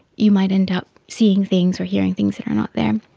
you might end up seeing things are hearing things that are not there.